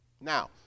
Now